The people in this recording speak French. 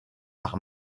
par